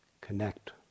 connect